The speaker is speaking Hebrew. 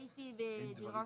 בסדר,